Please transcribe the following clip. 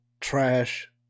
Trash